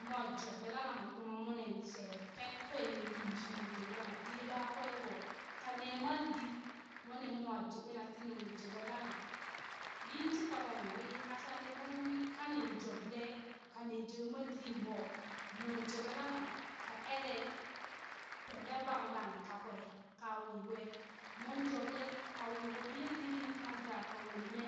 Mwa joɓle lanamo kuma mona she fek kwen tumi shi nung jobe lana de ɓakwe ɓo kane maldit mwanne mo joɓe na tinung joɓe lana yin shika mon wi ashali mon wi kani joble kanin joɓe malditɗi ɓo nuŋ joɓe lana ka ere benle banglang kakwe ka wiɓoe mon joɓle ka wuɓi ye liring kan da ka woleme